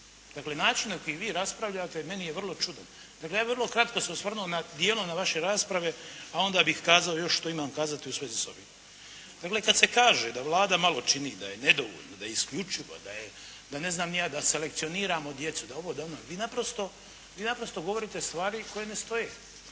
čudan. Način na koji vi raspravljate, meni je vrlo čudan. Ja bi vrlo kratko se osvrnuo dijelom na vaše rasprave, a onda bih kazao još što imam kazati u svezi s ovim. Kad se kaže da Vlada malo čini, da je nedovoljna, da je isključiva, da, ne znam ni ja, da selekcioniramo djecu, da ovo, da ono. Vi naprosto govorite stvari koje ne stoje.